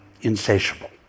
insatiable